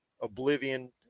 Oblivion